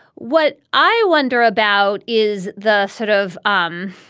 what i wonder about is the sort of um